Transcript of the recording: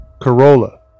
Corolla